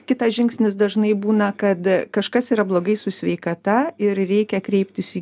kitas žingsnis dažnai būna kad kažkas yra blogai su sveikata ir reikia kreiptis į